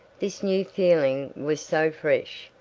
this new feeling was so fresh,